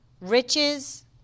riches